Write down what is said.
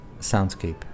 Soundscape